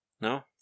No